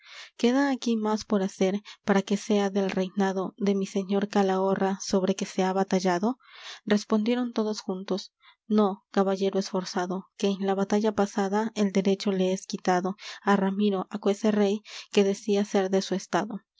queda aquí más por hacer para que sea del reinado de mi señor calahorra sobre que se ha batallado respondieron todos juntos no caballero esforzado que en la batalla pasada el derecho le es quitado á ramiro aquese rey que decía ser de su estado